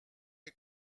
est